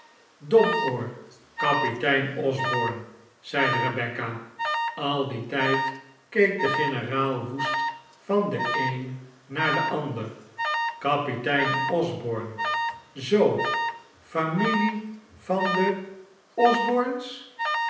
domoor kapitein osborne zeide rebecca al dien tijd keek de generaal woest van den een naar de ander kapitein osborne zoo familie van de l osbornes